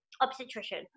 obstetrician